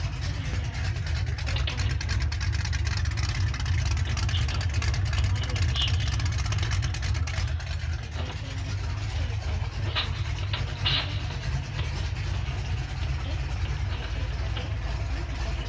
காடுகளில் கூட போய்ருக்கோம் மரம் செடி கொடி இந்தமாதிரி ஒரு விஷயத்தையும் அங்கே பாத்திருக்கோம் அங்கே இயற்கையான காற்று இருக்கும் அதை சுவாசிக்கும்போது அவ்வளோ நம்மளுக்கு நல்லது செயற்கை காற்றை விட நம்மளுக்கு இயற்கை காற்று அவ்வளோ நல்லது